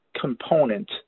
component